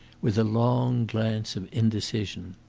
with a long glance of indecision.